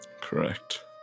correct